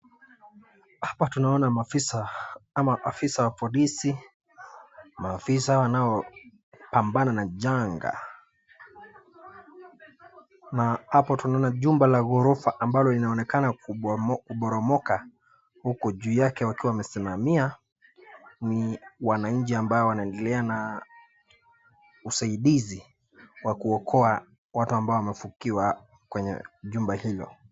Hapa tunaona maafisa ama maafisa Wa polisi. Maafisa wanaopambana na janga na hapo tunaona jumba la ghorofa ambalo linaonekana kuporomoka huku juu yake wakiwa wamesimamia na wananchi ambao wanaendelea na usaidizi Wa kuokoa Watu ambao Wamefukiwa kwenye nyumbo hilo.